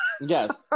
Yes